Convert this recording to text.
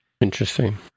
Interesting